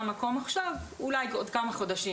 אין מקום עכשיו אולי עוד כמה חודשים.